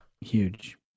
huge